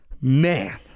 man